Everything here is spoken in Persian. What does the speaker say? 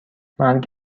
مرگ